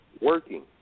working